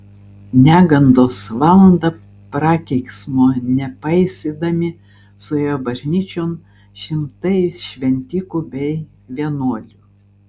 negandos valandą prakeiksmo nepaisydami suėjo bažnyčion šimtai šventikų bei vienuolių